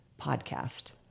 podcast